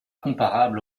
comparable